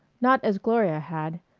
not as gloria had,